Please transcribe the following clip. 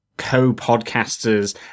co-podcasters